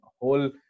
whole